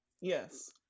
Yes